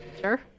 Sure